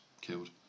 killed